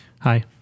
Hi